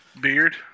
Beard